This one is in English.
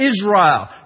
Israel